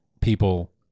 people